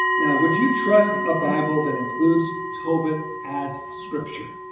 would you trust a bible that includes tobit as scripture?